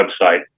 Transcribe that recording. website